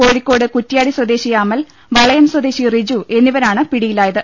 കോഴിക്കോട് കുറ്റ്യാടി സ്വദേശി അമൽ വളയം സ്വദേശി റിജു എന്നിവരാണ് പിടിയിലാ യത്